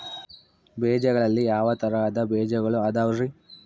ಬೇಜಗಳಲ್ಲಿ ಯಾವ ತರಹದ ಬೇಜಗಳು ಅದವರಿ?